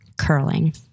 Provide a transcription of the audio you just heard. Curling